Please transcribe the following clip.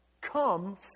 come